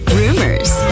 rumors